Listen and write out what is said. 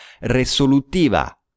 resolutiva